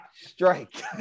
strike